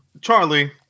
Charlie